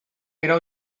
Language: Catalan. era